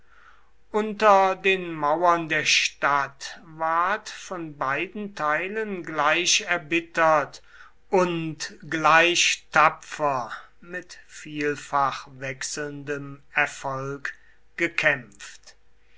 unter den mauern der stadt ward von beiden teilen gleich erbittert und gleich tapfer mit vielfach wechselndem erfolg gekämpft